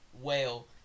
whale